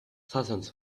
thousands